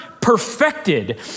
perfected